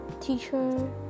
teacher